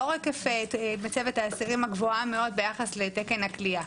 בשל היקפי מצבת האסירים הגבוהה מאוד ביחס לתקן הכליאה.